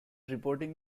reporting